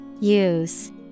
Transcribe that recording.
Use